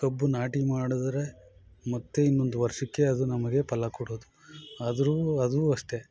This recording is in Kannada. ಕಬ್ಬು ನಾಟಿ ಮಾಡಿದ್ರೆ ಮತ್ತೆ ಇನ್ನೊಂದು ವರ್ಷಕ್ಕೆ ಅದು ನಮಗೆ ಫಲ ಕೊಡೋದು ಆದರೂ ಅದೂ ಅಷ್ಟೆ